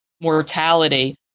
mortality